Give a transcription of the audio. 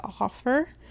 offer